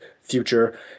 future